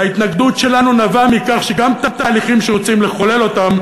וההתנגדות שלנו נבעה מכך שגם תהליכים שרוצים לחולל אותם,